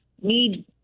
need